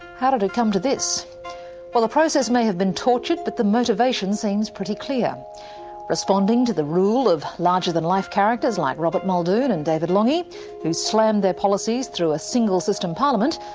how did it come to this well the process may have been tortured but the motivations seems pretty clear responding to the rule of larger-than-life characters like robert muldoon and david lange, who slammed their policies through a single-system parliament,